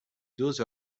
those